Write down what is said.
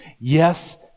yes